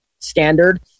standard